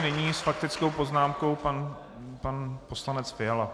Nyní s faktickou poznámkou pan poslanec Fiala.